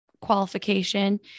qualification